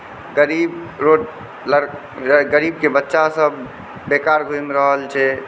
गरीब गरीबके बच्चा सभ बेकार घुमि रहल छै